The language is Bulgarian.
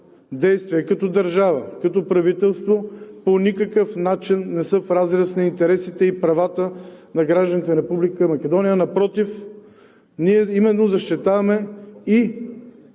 действия като държава, като правителство по никакъв начин не са в разрез на интересите и правата на гражданите на Република Македония. Напротив, ние защитаваме